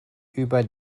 über